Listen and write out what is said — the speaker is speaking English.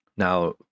Now